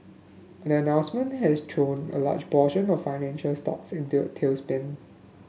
the announcement has thrown a large portion of financial stocks into a tailspin